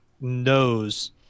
knows